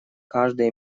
каждый